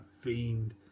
Fiend